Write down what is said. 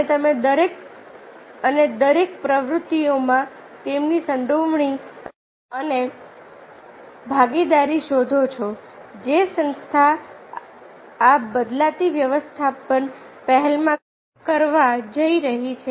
અને તમે દરેક અને દરેક પ્રવૃત્તિમાં તેમની સંડોવણી અને ભાગીદારી શોધો છો જે સંસ્થા આ બદલાતી વ્યવસ્થાપન પહેલમાં કરવા જઈ રહી છે